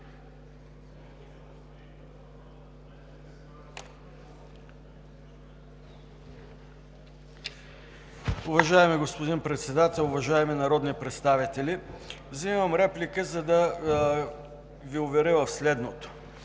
Уважаеми господин Председател, уважаеми народни представители! Взимам реплика, за да Ви уверя в следното.